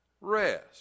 rest